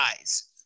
eyes